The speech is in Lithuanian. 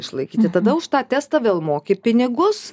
išlaikyti tada už tą testą vėl moki pinigus